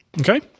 Okay